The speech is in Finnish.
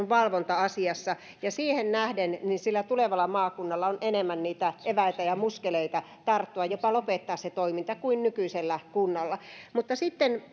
valvonta asiassa siihen nähden sillä tulevalla maakunnalla on enemmän eväitä ja muskeleita tarttua jopa lopettaa se toiminta kuin nykyisellä kunnalla sitten